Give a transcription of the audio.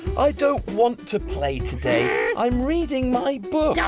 i don't want to play today. i am reading my book.